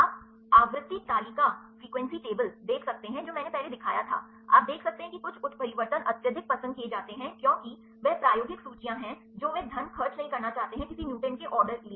आप आवृत्ति तालिका देख सकते हैं जो मैंने पहले दिखाया था आप देख सकते हैं कि कुछ उत्परिवर्तन अत्यधिक पसंद किए जाते हैं क्योंकि वे प्रायोगिक सूचियाँ हैं जो वे धन खर्च नहीं करना चाहते हैं किसी म्यूटेंट के ऑर्डर लिए